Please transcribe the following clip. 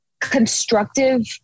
constructive